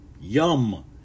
Yum